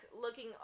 looking